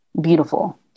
beautiful